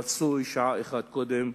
ורצוי שעה אחת קודם.